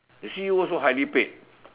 the C_E_O also highly paid